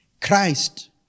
Christ